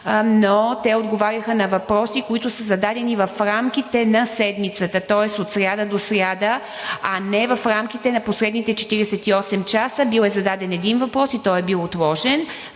но те отговаряха на въпроси, които са зададени в рамките на седмицата, тоест от сряда до сряда, а не в рамките на последните 48 часа. Бил е зададен един въпрос и той е бил отложен.